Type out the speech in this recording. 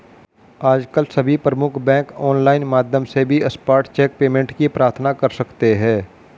आजकल सभी प्रमुख बैंक ऑनलाइन माध्यम से भी स्पॉट चेक पेमेंट की प्रार्थना कर सकते है